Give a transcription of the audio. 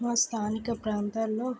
మా స్థానిక ప్రాంతాల్లో